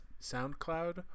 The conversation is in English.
SoundCloud